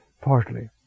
partly